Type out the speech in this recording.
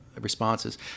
responses